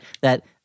That-